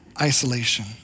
isolation